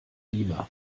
lima